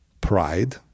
pride